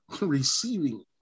Receiving